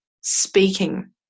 speaking